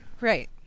Right